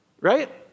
right